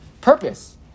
purpose